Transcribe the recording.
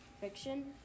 fiction